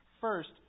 First